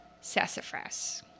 sassafras